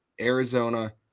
Arizona